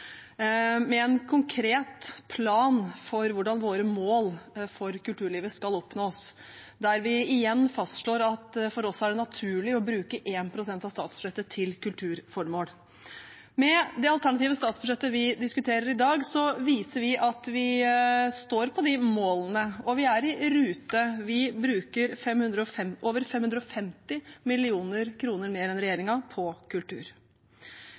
med en konkret plan for hvordan våre mål for kulturlivet skal oppnås, der vi igjen fastslår at det for oss er naturlig å bruke 1 pst. av statsbudsjettet til kulturformål. Med det alternative statsbudsjettet vi diskuterer i dag, viser vi at vi står på de målene. Og vi er i rute. Vi bruker over 550 mill. kr mer enn regjeringen på kultur.